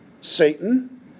Satan